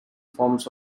forms